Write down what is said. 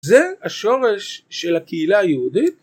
זה השורש של הקהילה היהודית